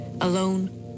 alone